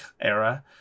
era